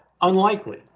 Unlikely